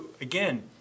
again